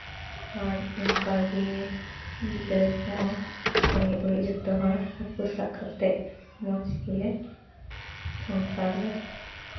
ᱟᱨ ᱚᱱᱠᱟ ᱜᱮ ᱜᱤᱫᱽᱨᱟᱹ ᱠᱚᱦᱚᱸ ᱨᱮᱸᱜᱮᱡ ᱚᱨᱮᱡ ᱡᱚᱛᱚ ᱦᱚᱲ ᱦᱟᱹᱠᱩ ᱥᱟᱵ ᱠᱟᱛᱮᱫ ᱢᱚᱡᱽ ᱜᱮᱞᱮ ᱥᱚᱝᱥᱟᱨ ᱞᱮ